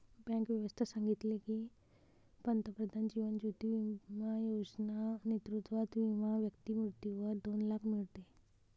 bank व्यवस्था सांगितले की, पंतप्रधान जीवन ज्योती बिमा योजना नेतृत्वात विमा व्यक्ती मृत्यूवर दोन लाख मीडते